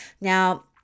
now